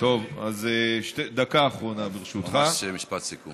בראשותי יחד עם משטרת ישראל עוסק בהם באופן יומיומי ובאינטנסיביות רבה.